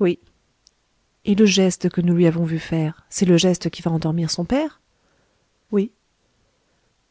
oui et le geste que nous lui avons vu faire c'est le geste qui va endormir son père oui